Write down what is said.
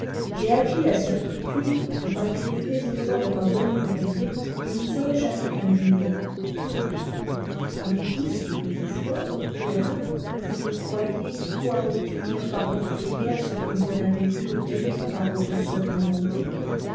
j'ai acquis la certitude que malgré tous mes effortsr et ma bonne volonté je ne serais jamais qu'un ignorant avez-vous si peu de foi reprit la dame que vous ne croyiejs pouvoir obtenir par vos prières ce que vous n'avez pu obtenir par votre seule volonté